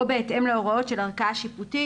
או בהתאם להוראות שלל ערכאה שיפוטית".